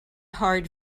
hard